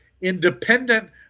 independent